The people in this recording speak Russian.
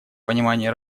понимание